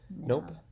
nope